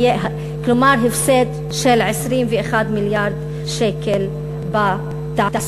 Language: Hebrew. כלומר הפסד של 21 מיליארד שקל בתעסוקה